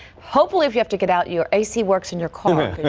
hopefully if you have to get out your ac works in your to